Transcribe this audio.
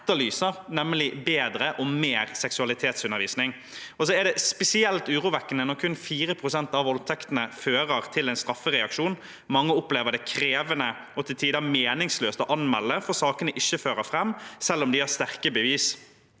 etterlyser, nemlig bedre og mer seksualitetsundervisning. Det er spesielt urovekkende når kun 4 pst. av voldtektene fører til en straffereaksjon. Mange opplever det krevende og til tider meningsløst å anmelde, fordi sakene ikke fører fram, selv om de har sterke bevis.